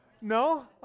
No